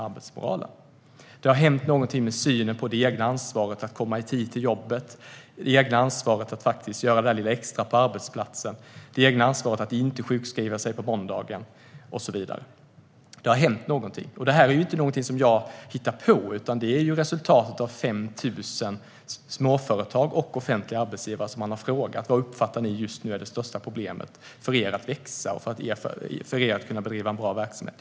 Det har hänt något med synen på det egna ansvaret för att komma i tid till jobbet, för att göra det lilla extra på arbetsplatsen, för att inte sjukskriva sig på måndagen och så vidare. Jag hittar inte på detta, utan man har frågat 5 000 småföretagare och offentliga arbetsgivare vad de uppfattar som det största problemet när det gäller att växa och bedriva en bra verksamhet.